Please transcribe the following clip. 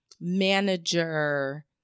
manager